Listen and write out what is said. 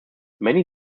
many